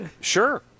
Sure